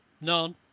none